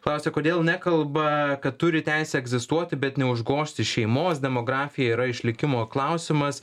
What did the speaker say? klausia kodėl nekalba kad turi teisę egzistuoti bet neužgožti šeimos demografija yra išlikimo klausimas